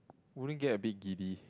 Wu-Ling get a big giddy